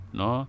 no